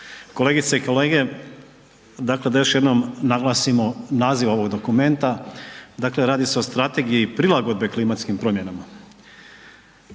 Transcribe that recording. kolegice i kolege dakle da još jednom naglasimo naziv ovog dokumenta dakle radi se o Strategiji prilagodbe klimatskim promjenama.